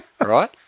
Right